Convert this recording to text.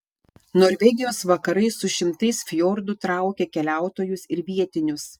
norvegijos vakarai su šimtais fjordų traukia keliautojus ir vietinius